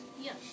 Yes